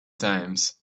times